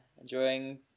enjoying